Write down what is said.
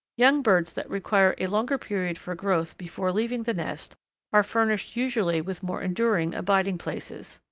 young birds that require a longer period for growth before leaving the nest are furnished usually with more enduring abiding places.